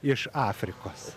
iš afrikos